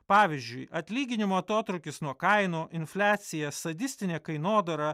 pavyzdžiui atlyginimo atotrūkis nuo kainų infliacija sadistinė kainodara